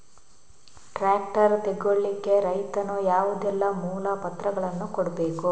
Tractor ತೆಗೊಳ್ಳಿಕೆ ರೈತನು ಯಾವುದೆಲ್ಲ ಮೂಲಪತ್ರಗಳನ್ನು ಕೊಡ್ಬೇಕು?